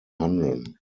handeln